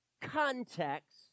context